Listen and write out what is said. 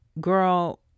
girl